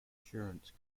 assurance